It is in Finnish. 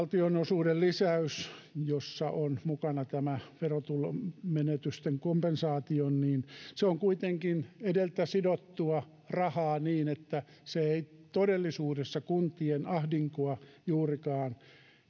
valtionosuuden lisäys jossa on mukana tämä verotulomenetysten kompensaatio on kuitenkin edeltä sidottua rahaa joten se ei todellisuudessa kuntien ahdinkoa juurikaan